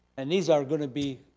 and these are going to be,